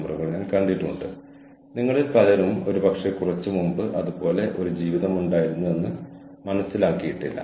Jiang ടേക്യുച്ചിയും ലെപാക്കും പേപ്പറിൽ പരാമർശിച്ച മോഡലാണിത്